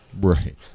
Right